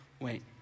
wait